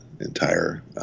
entire